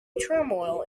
turmoil